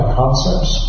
concepts